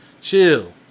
chill